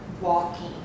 walking